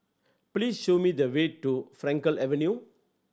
please show me the way to Frankel Avenue